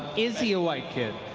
is he a white kid?